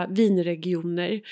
vinregioner